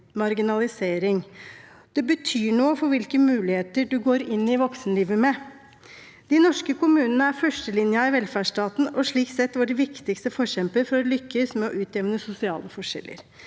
Det betyr noe for hvilke muligheter du går inn i voksenlivet med. De norske kommunene er førstelinjen i velferdsstaten og slik sett våre viktigste forkjempere for å lykkes med å utjevne sosiale forskjeller